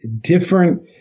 different